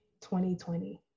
2020